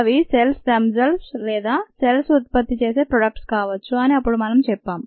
అవి cells themselves లేదా cells ఉత్పత్తి చేసే ప్రోడక్ట్స్ కావొచ్చు అని అప్పుడు మనం చెప్పాం